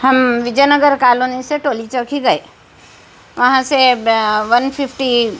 ہم وجے نگر کالونی سے ٹولی چوکی گئے وہاں سے ون ففٹی